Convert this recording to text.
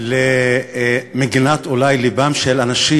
אולי למגינת לבם של אנשים,